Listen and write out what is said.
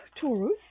Taurus